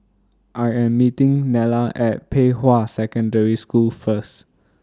I Am meeting Nella At Pei Hwa Secondary School First